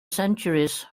centuries